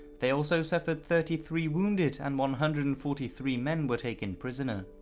they also suffered thirty three wounded and one hundred and forty three men were taken prisoner.